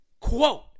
quote